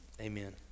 amen